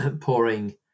pouring